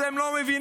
אתם לא מבינים,